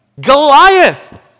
Goliath